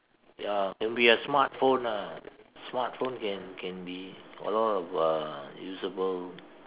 ya can be a smartphone ah smartphone can can be a lot of uh usable